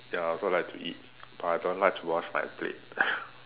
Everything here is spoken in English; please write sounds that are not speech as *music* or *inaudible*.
ya I also like to eat but I don't like to wash my plate *laughs*